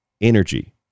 energy